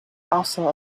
also